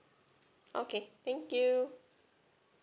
okay thank you